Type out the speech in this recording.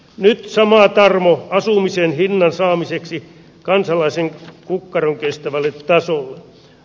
nyt samaa tarmo asumisen hinnan saamiseksi kansalaisen kukkaron kestävälle tasolle